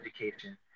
education